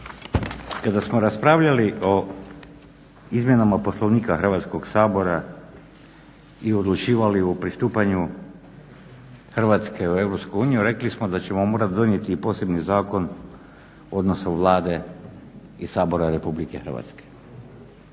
Kada smo raspravljali o izmjenama Poslovnika Hrvatskoga sabora i odlučivali o pristupanju Hrvatske u Europsku uniju rekli smo da ćemo morati donijet i posebni zakon o odnosu Vlade i Sabora Republike Hrvatske.